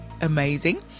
amazing